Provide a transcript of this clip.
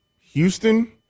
Houston